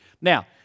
Now